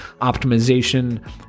optimization